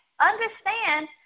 Understand